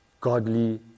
godly